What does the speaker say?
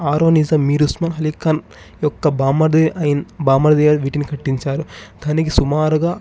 ఆరో నిజాం మీర్ ఉస్మాన్ అలీ ఖాన్ యొక్క బావమరిది బావమరిది గారు వీటిని కట్టించారు దానికి సుమారుగా